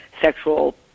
sexual